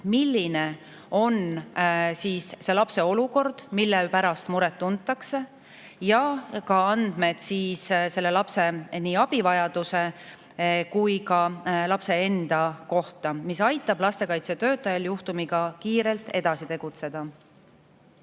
milline on siis lapse olukord, mille pärast muret tuntakse, ja ka andmed nii lapse abivajaduse kui ka lapse enda kohta, mis aitab lastekaitsetöötajal juhtumiga kiirelt edasi tegutseda.